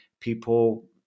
people